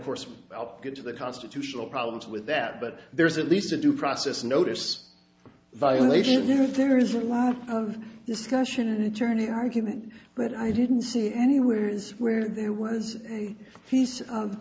course i'll get to the constitutional problems with that but there's at least a due process notice violation if there is a lot of discussion an attorney argument but i didn't see it anywhere is where there was